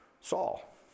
Saul